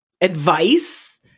advice